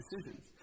decisions